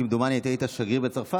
כמדומני אתה היית שגריר בצרפת.